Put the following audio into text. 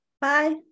Bye